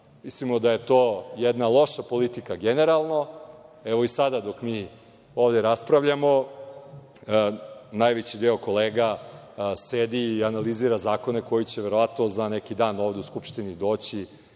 Mislimo da je to jedna loša politika generalno. Evo, i sada dok mi ovde raspravljamo, najveći deo kolega sedi i analizira zakone koji će verovatno za neki dan ovde u Skupštini doći